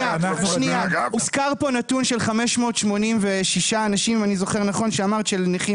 הוזכר פה נתון של 586 אנשים שהם נכים